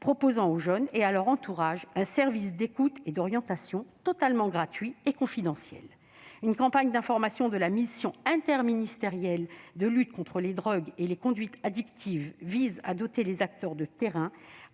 offrent aux jeunes et à leur entourage un service d'écoute et d'orientation totalement gratuit et confidentiel. Une campagne d'information de la Mission interministérielle de lutte contre les drogues et les conduites addictives (Mildeca) vise pour sa part à doter les acteurs de terrain-